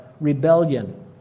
rebellion